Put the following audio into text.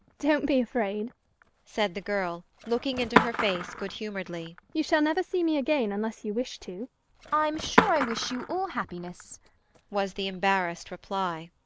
don't be afraid said the girl, looking into her face good-humouredly. you shall never see me again unless you wish to i'm sure i wish you all happiness was the embarrassed reply.